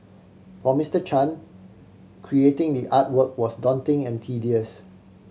for Mister Chan creating the artwork was daunting and tedious